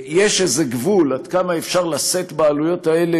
יש גבול עד כמה אפשר לשאת בעלויות האלה